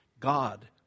God